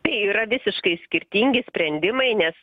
tai yra visiškai skirtingi sprendimai nes